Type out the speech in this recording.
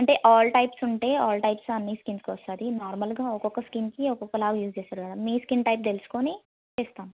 అంటే all types ఉంటాయి all types అన్నీ స్కిన్కి వస్తుంది నార్మల్గా ఒక్కొక్క స్కిన్కి ఒక్కొక్క లాగా యూజ్ చేస్తారు కదా మీ స్కిన్ టైప్ తెలుసుకొని చేస్తాము